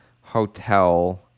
hotel